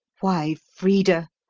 why, frida,